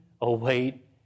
await